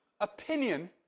Opinion